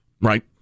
Right